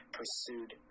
pursued